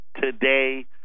today